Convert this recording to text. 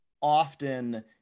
often